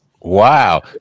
Wow